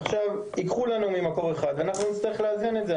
ואם ייקחו לנו ממקור אחד אנחנו נצטרך לאזן את זה,